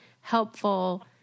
helpful